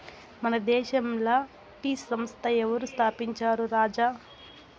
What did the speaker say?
మన దేశంల టీ సంస్థ ఎవరు స్థాపించారు రాజా